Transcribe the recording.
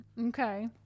okay